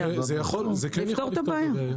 בעיה.